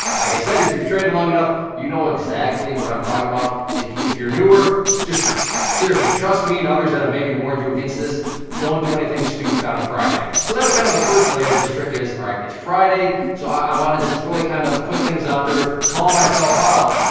like i said, if you've traded long enough, you know exactly what i'm talkin' about. if if you're newer, just seriously, trust me and others that have maybe warned you against this. don't do anything stupid on friday. so that was kind of the first layer of this trick is alright, it's friday, so i wanna just really kind of put things out there, call myself out,